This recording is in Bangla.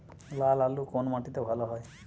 লাল আলু কোন মাটিতে ভালো হয়?